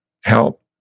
help